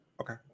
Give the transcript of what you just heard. Okay